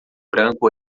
branco